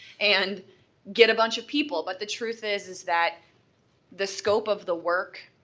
and get a bunch of people. but the truth is, is that the scope of the work,